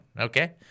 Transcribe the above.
okay